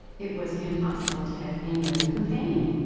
it was impossible to have any other companion.